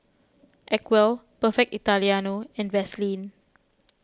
Acwell Perfect Italiano and Vaseline